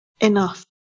Enough